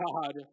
God